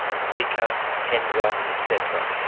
ah zika, hendra, et cetera.